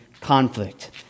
conflict